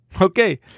Okay